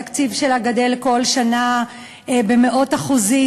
התקציב שלה גדל כל שנה במאות אחוזים.